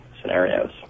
scenarios